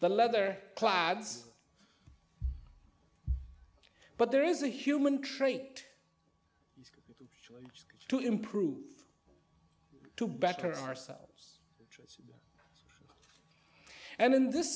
the leather clad but there is a human trait to improve to better ourselves and in this